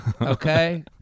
Okay